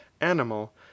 animal